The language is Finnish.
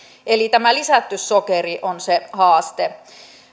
eli tämä lisätty sokeri on se haaste